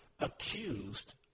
accused